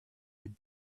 would